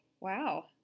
Wow